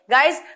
Guys